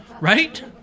right